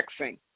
texting